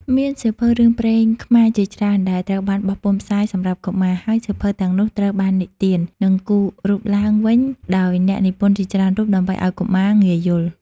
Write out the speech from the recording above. មានសៀវភៅរឿងព្រេងខ្មែរជាច្រើនដែលត្រូវបានបោះពុម្ពផ្សាយសម្រាប់កុមារ ហើយសៀវភៅទាំងនោះត្រូវបាននិទាន និងគូររូបឡើងវិញដោយអ្នកនិពន្ធជាច្រើនរូបដើម្បីឲ្យកុមារងាយយល់។